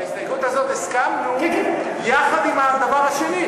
על ההסתייגות הזאת הסכמנו יחד עם הדבר השני.